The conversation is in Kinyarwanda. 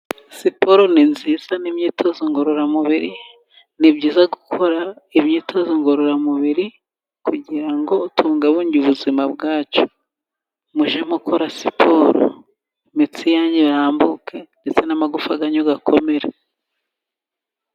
Siporo ni nziza n'imyitozo ngororamubiri ni byiza gukora imyitozo ngororamubiri, kugira ngo tungabunge ubuzima bwacu, mujyemo mukora siporo imitsi yanyu irambuke ndetse n'amagufa yanyu akomere.